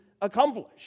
accomplished